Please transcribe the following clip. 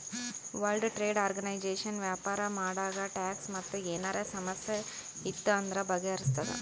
world trade organisation ವ್ಯಾಪಾರ ಮಾಡಾಗ tax ಮತ್ ಏನರೇ ಸಮಸ್ಯೆ ಇತ್ತು ಅಂದುರ್ ಬಗೆಹರುಸ್ತುದ್